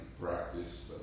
practice